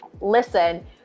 listen